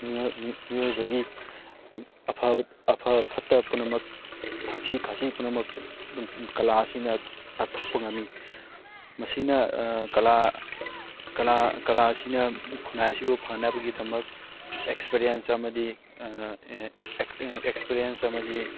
ꯃꯤꯑꯣꯏꯕꯒꯤ ꯑꯐ ꯐꯠꯇ ꯄꯨꯝꯅꯃꯛ ꯊꯛꯁꯤ ꯈꯥꯁꯤ ꯄꯨꯝꯅꯃꯛ ꯀꯂꯥ ꯑꯁꯤꯅ ꯇꯥꯛꯊꯣꯛꯄ ꯉꯝꯃꯤ ꯃꯁꯤꯅ ꯀꯂꯥ ꯀꯂꯥ ꯑꯁꯤꯅ ꯈꯨꯟꯅꯥꯏ ꯑꯁꯤꯕꯨ ꯐꯅꯕꯒꯤꯗꯃꯛ ꯑꯦꯛꯁꯄꯔꯤꯌꯦꯟꯁ ꯑꯃꯗꯤ ꯑꯦꯛꯁꯄꯔꯤꯌꯦꯟꯁ ꯑꯃꯗꯤ